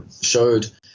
showed